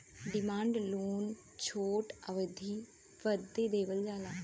demand loan छोट अवधी बदे देवल जाला